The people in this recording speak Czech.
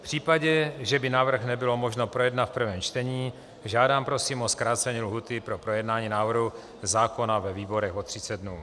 V případě, že by návrh nebylo možno projednat v prvním čtení, žádám prosím o zkrácení lhůty pro projednání návrhu zákona ve výborech o 30 dnů.